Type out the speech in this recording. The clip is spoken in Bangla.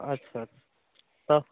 আচ্ছা তা